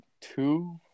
two